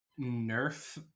nerf